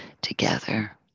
together